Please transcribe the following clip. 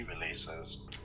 releases